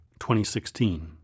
2016